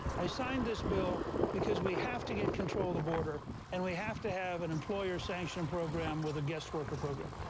i signed this bill because we have to get control of the border and we have to have an employer-sanctioned program with a guest worker program.